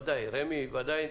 רמ"י בוודאי.